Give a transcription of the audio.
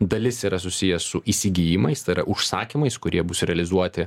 dalis yra susijęs su įsigijimais tai yra užsakymais kurie bus realizuoti